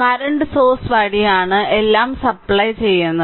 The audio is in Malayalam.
കറന്റ് സോഴ്സ് വഴിയാണ് എല്ലാം സപ്പ്ലൈ ചെയുന്നത്